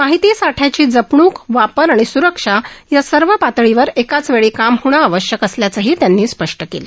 माहिती साठ्याची जपणूक वापर आणि सुरक्षा या सर्व पातळीवर एकाच वेळी काम होणं आवश्यक असल्याचंही त्यांनी स्पष्ट केलं